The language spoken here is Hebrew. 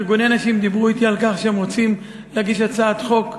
ארגוני נשים דיברו אתי על כך שהם רוצים להגיש הצעת חוק בנושא.